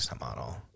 model